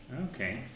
Okay